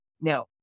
Now